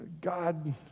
God